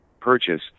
purchase